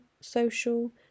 social